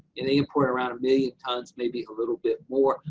and they import around a million tons, maybe a little bit more.